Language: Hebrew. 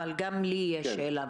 אבל גם לי יש שאלה.